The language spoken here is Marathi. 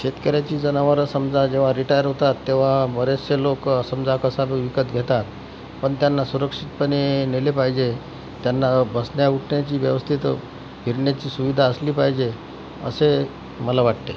शेतकऱ्याची जनावरं समजा जेव्हा रिटायर होतात तेव्हा बरेचसे लोकं समजा कसाबं विकत घेतात पण त्यांना सुरक्षितपणे नेले पाहिजे त्यांना बसण्या उठण्याची व्यवस्थित फिरण्याची सुविधा असली पाहिजे असे मला वाटते